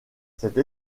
cette